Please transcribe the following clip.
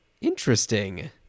Interesting